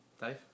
Dave